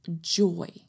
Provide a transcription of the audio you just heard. joy